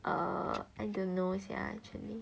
err I don't know sia actually